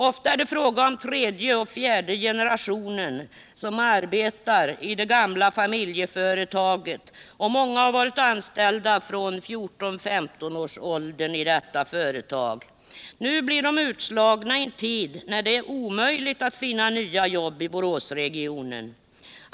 Ofta är det fråga om tredje och fjärde generationen som arbetar i det gamla familjeföretaget. Många har varit anställda i företaget från 14—15-årsåldern. Nu blir de utslagna i en tid när det är omöjligt att finna nya jobb i Boråsregionen.